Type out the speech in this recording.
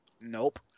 Nope